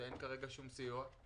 שאין כרגע שום סיוע?